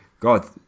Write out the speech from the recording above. God